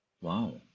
Wow